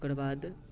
ओकर बाद